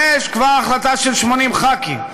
יש כבר החלטה של 80 ח"כים.